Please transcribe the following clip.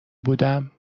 بودم